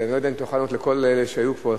אני לא יודע אם תוכל לענות לכל אלה שהיו פה.